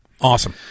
Awesome